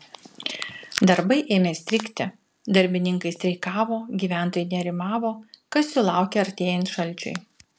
darbai ėmė strigti darbininkai streikavo gyventojai nerimavo kas jų laukia artėjant šalčiui